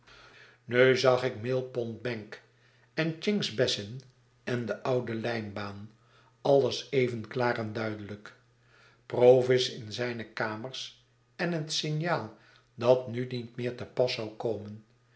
nu zag ik mill pond bank en chinks's basin en de oude lijnbaan alles even klaar en duidelijk provis in zijne kamers en het signaal dat nu niet meer te pas zou komen